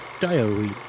diary